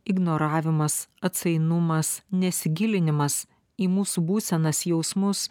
ignoravimas atsainumas nesigilinimas į mūsų būsenas jausmus